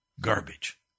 garbage